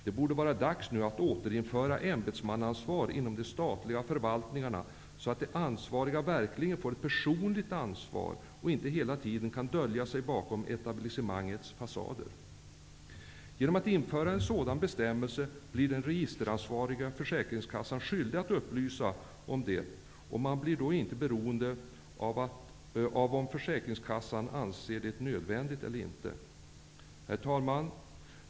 Det borde vara dags nu att återinföra ämbetsmannaansvar inom de statliga förvaltningarna, så att de ansvariga verkligen får ett personligt ansvar och inte hela tiden kan dölja sig bakom etablissemangets fasader. Om det införs en sådan bestämmelse, blir den registeransvariga försäkringskassan skyldig att upplysa om vilken person som är ansvarig, och man blir då inte beroende av om försäkringskassan anser det nödvändigt eller inte. Herr talman!